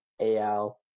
AL